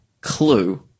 clue